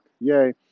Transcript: Yay